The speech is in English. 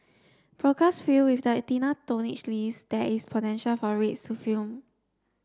brokers feel with the thinner tonnage list there is potential for rates to firm